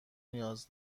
نیاز